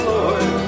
Lord